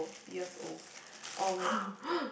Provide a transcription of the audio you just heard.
years olds um